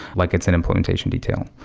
like it's an implementation detail.